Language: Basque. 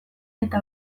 eta